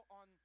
on